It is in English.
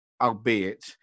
albeit